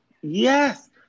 Yes